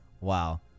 Wow